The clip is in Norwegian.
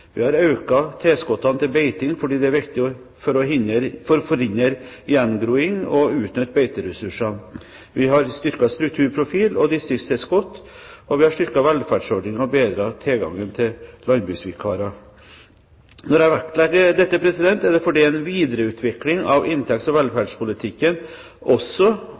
Vi har økt tilskuddene til beiting fordi det er viktig for å forhindre gjengroing og å utnytte beiteressursene. Vi har styrket strukturprofilen og distriktstilskuddene, og vi har styrket velferdsordningene og bedret tilgangen til landbruksvikarer. Når jeg vektlegger dette, er det fordi en videreutvikling av inntekts- og velferdspolitikken også